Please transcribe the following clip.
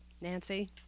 Nancy